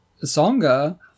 Songa